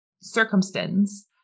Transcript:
circumstance